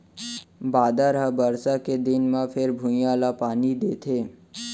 बादर ह बरसा के दिन म फेर भुइंया ल पानी देथे